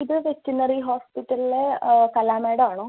ഇത് വെറ്റിനറി ഹോസ്പിറ്റലിലെ കല മേഡം ആണോ